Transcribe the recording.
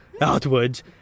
outwards